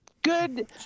Good